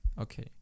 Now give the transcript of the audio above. Okay